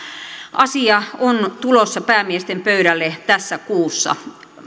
asia on tulossa päämiesten pöydälle tässä kuussa